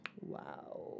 Wow